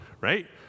right